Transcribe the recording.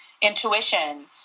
intuition